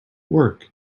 work